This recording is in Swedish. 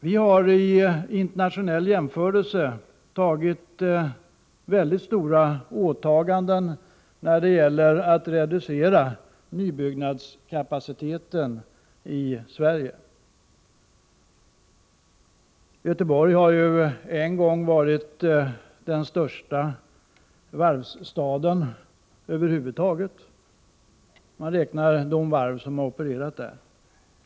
Vi har i internationell jämförelse gjort väldigt stora åtaganden när det gäller att reducera nybyggnadskapaciteten i Sverige. Göteborg har en gång varit den största varvsstaden över huvud taget om man räknar de varv som opererat där.